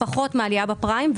פחות מהעלייה בפריים,